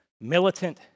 militant